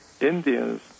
Indians